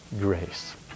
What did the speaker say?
grace